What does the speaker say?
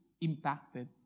impacted